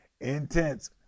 Intense